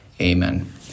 Amen